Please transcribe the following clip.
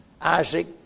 Isaac